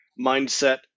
mindset